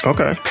Okay